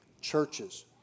churches